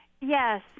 Yes